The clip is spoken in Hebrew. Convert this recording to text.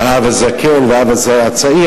"האב הזקן" ו"האב הצעיר",